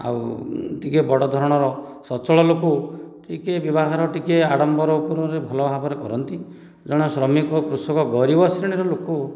ଆଉ ଟିକେ ବଡ଼ ଧରଣର ସ୍ୱଚ୍ଛଳ ଲୋକ ଟିକେ ବିଭାଘର ଟିକେ ଆଡ଼ମ୍ବର ରୂପରେ ଭଲ ଭାବରେ କରନ୍ତି ଜଣେ ଶ୍ରମିକ କୃଷକ ଗରିବ ଶ୍ରେଣୀର ଲୋକ